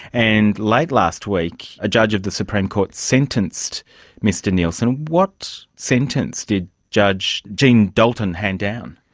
and late last week a judge of the supreme court sentenced mr nielsen. what sentence did judge jean dalton hand down?